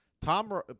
tom